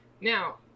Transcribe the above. Now